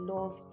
Love